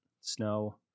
snow